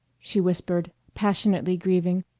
she whispered, passionately grieving.